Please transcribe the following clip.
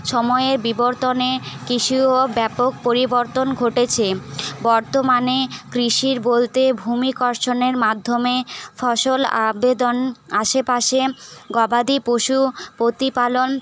সময়ের বিবর্তনে কৃষিরও ব্যাপক পরিবর্তন ঘটেছে বর্তমানে কৃষি বলতে ভূমি কর্ষণের মাধ্যমে ফসল আবেদন আশেপাশে গবাদি পশু প্রতিপালন